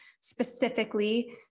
specifically